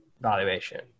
valuation